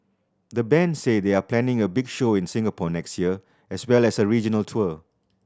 the band say they are planning a big show in Singapore next year as well as a regional tour